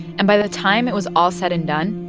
and by the time it was all said and done,